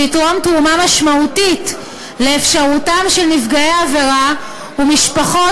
ויתרום תרומה משמעותית לאפשרותם של נפגעי עבירה ומשפחות